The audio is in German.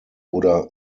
oder